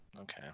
Okay